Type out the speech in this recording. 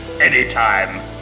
anytime